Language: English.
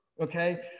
okay